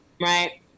right